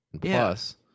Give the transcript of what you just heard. Plus